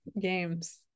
Games